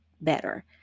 better